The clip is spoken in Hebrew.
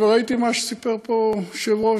וראיתי מה שסיפר פה היושב-ראש: